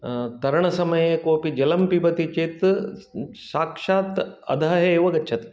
तरणसमये कोपि जलं पिबति चेत् साक्षात् अधः एव गच्छति